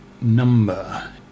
number